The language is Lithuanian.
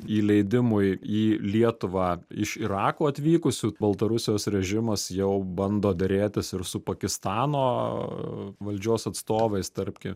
įleidimui į lietuvą iš irako atvykusių baltarusijos režimas jau bando derėtis ir su pakistano valdžios atstovais tarp ki